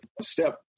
step